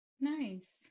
nice